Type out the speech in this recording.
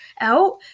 out